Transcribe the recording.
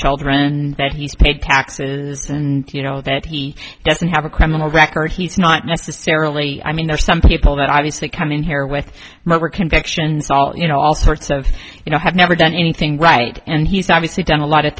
child ren and that he's paid taxes and you know that he doesn't have a criminal record he's not necessarily i mean there are some people that obviously come in here with more convictions all you know all sorts of you know have never done anything right and he's obviously done a lot of